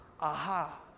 aha